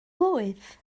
blwydd